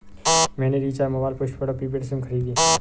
मैंने recharge mobile postpaid और prepaid SIM खरीदे